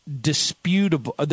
disputable